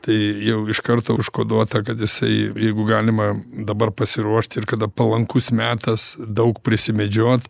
tai jau iš karto užkoduota kad jisai jeigu galima dabar pasiruošti ir kada palankus metas daug prisimedžiot